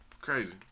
Crazy